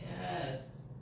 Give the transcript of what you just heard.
Yes